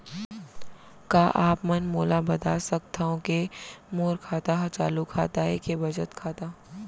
का आप मन मोला बता सकथव के मोर खाता ह चालू खाता ये के बचत खाता?